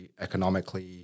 economically